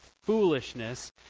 foolishness